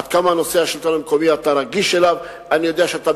עד כמה אתה רגיש לנושא השלטון המקומי.